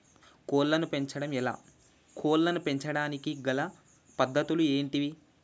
కోళ్లను పెంచడం ఎలా, కోళ్లను పెంచడానికి గల పద్ధతులు ఏంటివి?